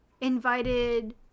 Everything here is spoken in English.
invited